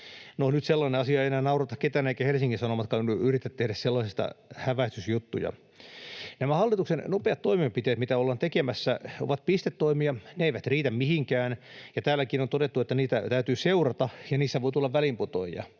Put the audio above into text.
nyt sellainen asia ei enää naurata ketään, eikä Helsingin Sanomatkaan yritä tehdä sellaisesta häväistysjuttuja. Nämä hallituksen nopeat toimenpiteet, mitä ollaan tekemässä, ovat pistetoimia. Ne eivät riitä mihinkään, ja täälläkin on todettu, että niitä täytyy seurata ja niissä voi tulla väliinputoajia.